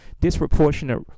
disproportionate